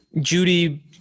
Judy